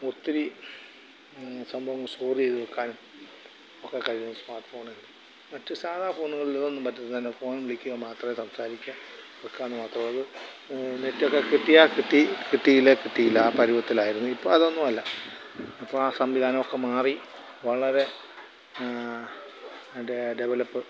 ഒത്തിരി സംഭവങ്ങൾ സ്റ്റോർ ചെയ്ത് വയ്ക്കാനും ഒക്കെ കഴിയും സ്മാർട്ട് ഫോണുകളിൽ മറ്റ് സാദാ ഫോണുകളിൽ ഇതൊന്നും പറ്റില്ല അതിൻ്റെ ഫോൺ വിളിക്കുക മാത്രമേ സംസാരിക്കുക വയ്ക്കാനും മാത്രമേ ഉള്ളൂ നെറ്റ് ഒക്കെ കിട്ടിയാൽ കിട്ടി കിട്ടിയില്ലെങ്കിൽ കിട്ടിയില്ല ആ പരുവത്തിലായിരുന്നു ഇപ്പോൾ അതൊന്നും അല്ല ഇപ്പം ആ സംവിധാനം ഒക്കെ മാറി വളരെ ഡെവലപ്പ്